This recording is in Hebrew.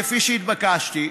כפי שהתבקשתי,